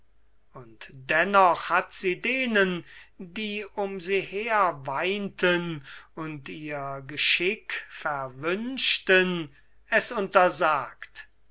und dennoch hat sie denen die um sie her weinten und ihr geschick verwünschten es untersagt